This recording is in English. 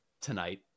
tonight